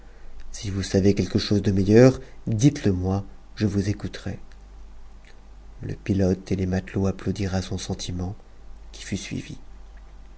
si vous savez quelque chose de meilleur dites-le moi je vous écouterai le pilote et les matelots applaudirent à son sentiment qui fut suivi